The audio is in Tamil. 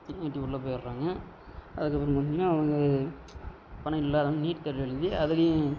பணம் கட்டி உள்ளே போயிடுறாங்க அதுக்கப்புறம் பார்த்தீங்கன்னா அவங்க பணம் இல்லாதவங்க நீட் தேர்வு எழுதி அதிலையும்